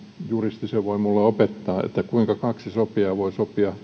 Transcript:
juristi sen voi minulle opettaa kuinka kaksi sopijaa voi sopia